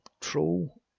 Troll